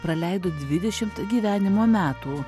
praleido dvidešimt gyvenimo metų